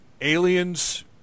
aliens